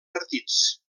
partits